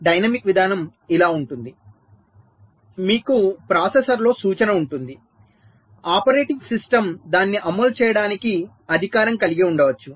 dynamic విధానం ఇలా ఉంటుంది మీకు ప్రాసెసర్లో సూచన ఉంటుంది ఆపరేటింగ్ సిస్టమ్ దానిని అమలు చేయడానికి అధికారం కలిగి ఉండవచ్చు